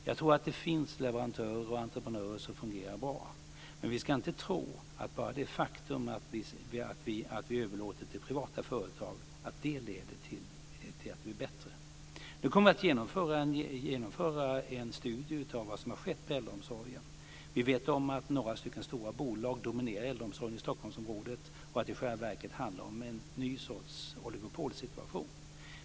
Jag tror att det finns leverantörer och entreprenörer som fungerar bra. Men vi ska inte tro att enbart det faktum att vi överlåter till privata företag leder till att det blir bättre. Nu kommer vi att genomföra en studie av vad som har skett inom äldreomsorgen. Vi vet att några stora bolag dominerar äldreomsorgen i Stockholmsområdet och att det i själva verket handlar om en ny sorts oligopolsituation.